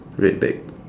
red bag